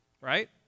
right